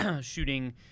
shooting